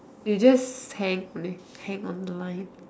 you just hang only hang on the line